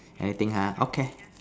anything ha okay